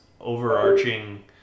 overarching